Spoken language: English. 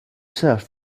search